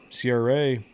CRA